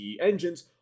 engines